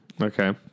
Okay